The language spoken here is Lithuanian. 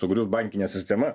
sugriūs bankinė sistema